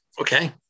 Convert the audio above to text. Okay